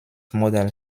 modal